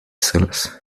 sellers